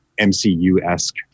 mcu-esque